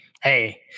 hey